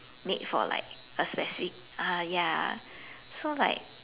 made for like a specific ah ya so like